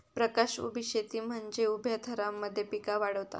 प्रकाश उभी शेती म्हनजे उभ्या थरांमध्ये पिका वाढवता